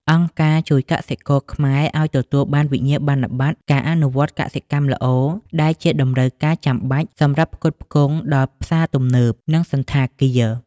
អង្គការជួយកសិករខ្មែរឱ្យទទួលបានវិញ្ញាបនបត្រការអនុវត្តកសិកម្មល្អ ដែលជាតម្រូវការចាំបាច់សម្រាប់ផ្គត់ផ្គង់ដល់ផ្សារទំនើប និងសណ្ឋាគារ។